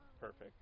Perfect